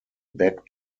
back